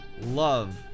love